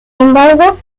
embargo